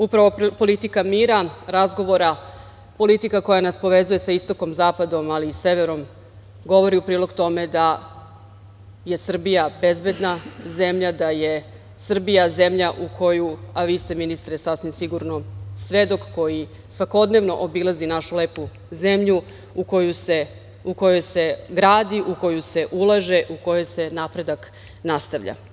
Upravo politika mira, razgovora, politika koja nas povezuje sa Istokom, Zapadom ali i Severom govori u prilog tome da je Srbija bezbedna zemlja, da je Srbija zemlja u koju, a vi ste ministre sasvim sigurno svedok koji svakodnevno obilazi našu zemlju u kojoj se gradi, u koju se ulaže, u kojoj se napredak nastavlja.